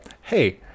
hey